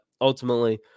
ultimately